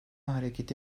hareketi